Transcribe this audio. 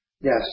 Yes